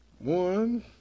One